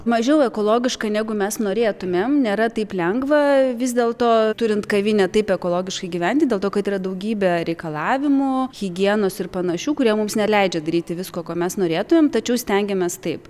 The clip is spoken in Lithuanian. mažiau ekologiška negu mes norėtumėm nėra taip lengva vis dėlto turint kavinę taip ekologiškai gyventi dėl to kad yra daugybė reikalavimų higienos ir panašių kurie mums neleidžia daryti visko ko mes norėtumėm tačiau stengiamės taip